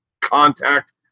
contact